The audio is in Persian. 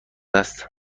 است